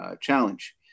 challenge